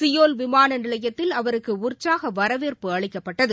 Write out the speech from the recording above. Seoul விமான நிலையத்தில் அவருக்கு உற்சாக வரவேற்பு அளிக்கப்பட்டது